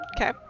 Okay